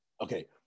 okay